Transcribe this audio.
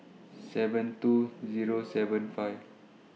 seven two Zero seven five